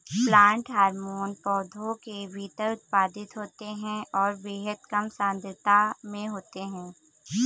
plant hormone पौधों के भीतर उत्पादित होते हैंऔर बेहद कम सांद्रता में होते हैं